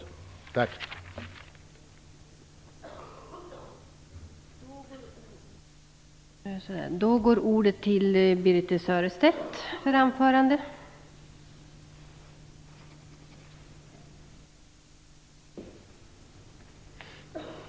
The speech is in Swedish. Tack!